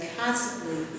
constantly